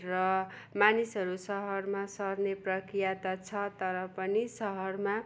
र मानिसहरू सहरमा सर्ने पक्रिया त छ तर पनि सहरमा